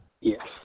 Yes